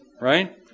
Right